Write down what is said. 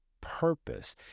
purpose